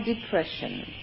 depression